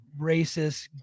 racists